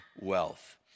wealth